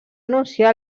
anunciar